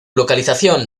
localización